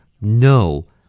No